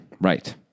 right